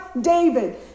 David